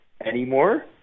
anymore